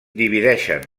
divideixen